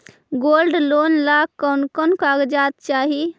Gold loan ला कौन कौन कागजात चाही?